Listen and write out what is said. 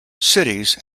cities